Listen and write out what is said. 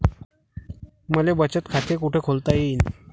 मले बचत खाते कुठ खोलता येईन?